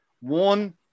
One